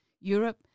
Europe